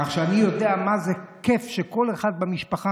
כך שאני יודע מה זה כיף שכל אחד במשפחה,